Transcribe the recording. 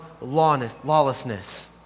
lawlessness